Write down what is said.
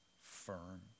firm